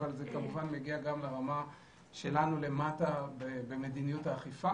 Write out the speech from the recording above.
אבל זה גם מגיע גם לרמה שלנו למטה במדיניות האכיפה